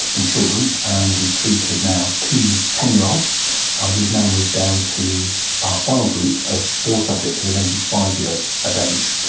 in children, and we've treated now two ten year olds and we've now moved down to our final group of four subjects who are going to be five years of age.